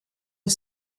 are